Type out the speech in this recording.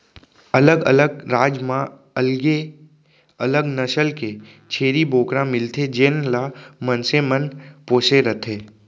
अलग अलग राज म अलगे अलग नसल के छेरी बोकरा मिलथे जेन ल मनसे मन पोसे रथें